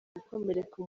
gukomereka